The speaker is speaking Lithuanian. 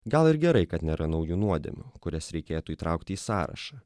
gal ir gerai kad nėra naujų nuodėmių kurias reikėtų įtraukti į sąrašą